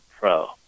pro